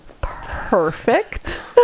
perfect